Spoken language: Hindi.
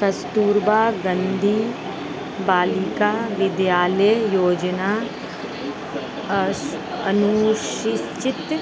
कस्तूरबा गांधी बालिका विद्यालय योजना अनुसूचित